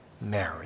Mary